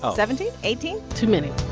seventeen? eighteen? too many